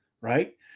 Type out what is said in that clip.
right